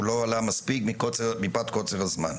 הוא לא עלה מספיק מפאת קוצר הזמן.